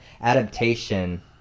adaptation